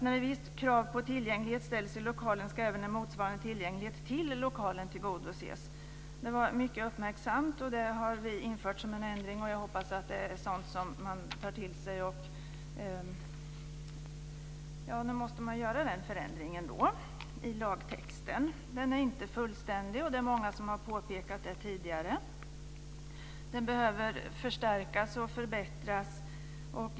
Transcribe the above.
När visst krav på tillgänglighet ställs på lokalen ska även en motsvarande tillgänglighet till lokalen tillgodoses. Det var mycket uppmärksamt påpekat, och vi har infört detta som ett ändringsförslag. Jag hoppas att man tar till sig detta och gör den förändringen i lagtexten. Som många tidigare har påpekat är förslaget inte fullständigt. Det behöver förstärkas och förbättras.